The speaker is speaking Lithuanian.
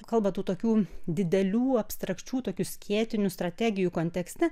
kalba tų tokių didelių abstrakčių tokių skėtinių strategijų kontekste